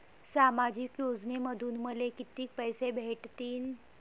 सामाजिक योजनेमंधून मले कितीक पैसे भेटतीनं?